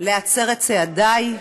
מנסה להצר את צעדי,